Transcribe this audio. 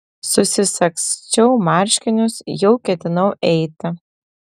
susisagsčiau marškinius jau ketinau eiti